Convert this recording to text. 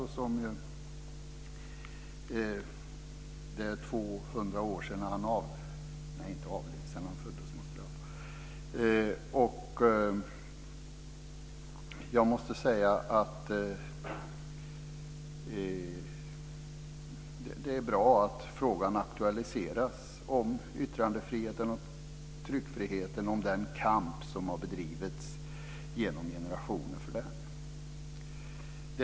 Det är 200 år sedan han föddes. Jag måste säga att det är bra att frågan aktualiseras om yttrande och tryckfriheten och den kamp som har bedrivits genom generationer för den.